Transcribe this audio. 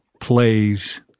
plays